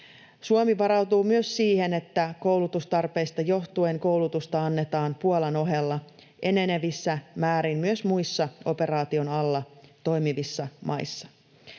Suomi varautuu myös siihen, että koulutustarpeista johtuen koulutusta annetaan Puolan ohella enenevissä määrin myös muissa operaation alla toimivissa maissa.